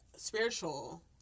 spiritual